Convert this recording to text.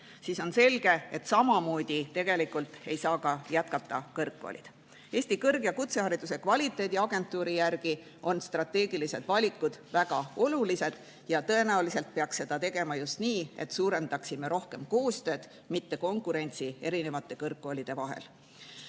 siis on selge, et samamoodi tegelikult ei saa jätkata ka kõrgkoolid. Eesti Kõrg‑ ja Kutsehariduse Kvaliteediagentuuri järgi on strateegilised valikud väga olulised ja tõenäoliselt peaks neid tegema just nii, et suurendaksime rohkem koostööd, mitte konkurentsi kõrgkoolide vahel.